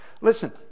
Listen